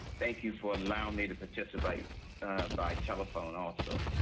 thank you for allowing me to participate by telephone also,